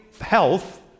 health